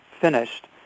finished